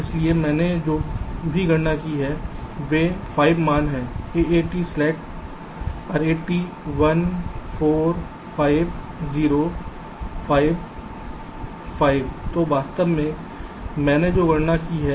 इसलिए मैंने जो भी गणना की है वे 5 मान हैं AAT स्लैक RAT 1 4 5 0 5 5 तो वास्तव में मैंने जो गणना की है